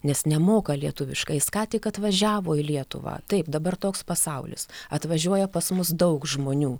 nes nemoka lietuviškai jis ką tik atvažiavo į lietuvą taip dabar toks pasaulis atvažiuoja pas mus daug žmonių